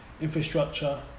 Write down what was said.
infrastructure